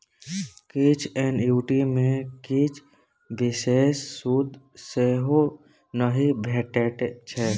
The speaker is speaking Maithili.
किछ एन्युटी मे किछ बिषेश सुद सेहो नहि भेटै छै